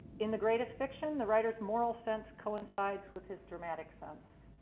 in the greatest fiction the writer's moral sense coincides with his dramatic sense.